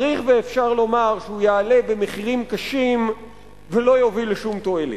צריך ואפשר לומר שהוא יעלה במחירים קשים ולא יוביל לשום תועלת.